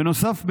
בנוסף,